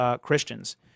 Christians